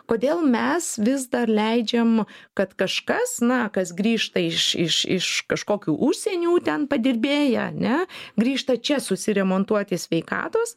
kodėl mes vis dar leidžiam kad kažkas na kas grįžta iš iš iš kažkokių užsienių ten padirbėję ane grįžta čia susiremontuoti sveikatos